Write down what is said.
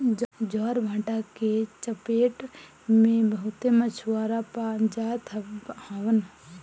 ज्वारभाटा के चपेट में बहुते मछुआरा आ जात हवन